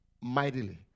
mightily